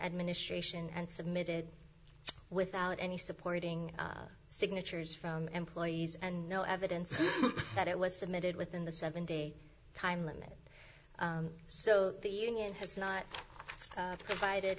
administration and submitted without any supporting signatures from employees and no evidence that it was submitted within the seven day time limit so the union has not provided